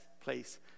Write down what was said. place